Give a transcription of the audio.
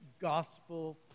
gospel